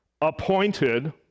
appointed